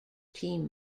team